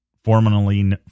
Formally